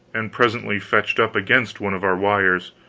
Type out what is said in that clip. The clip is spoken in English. and presently fetched up against one of our wires.